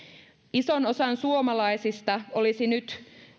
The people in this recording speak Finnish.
ison osan suomalaisista olisi nyt